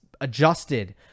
adjusted